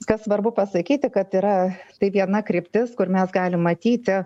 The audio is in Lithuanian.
kas svarbu pasakyti kad yra tai viena kryptis kur mes galim matyti